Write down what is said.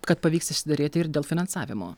kad pavyks išsiderėti ir dėl finansavimo